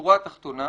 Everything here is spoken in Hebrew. בשורה התחתונה,